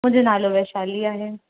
मुंहिंजो नालो वैशाली आहे